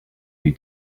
you